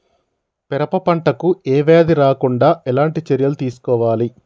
పెరప పంట కు ఏ వ్యాధి రాకుండా ఎలాంటి చర్యలు తీసుకోవాలి?